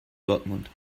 dortmund